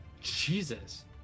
Jesus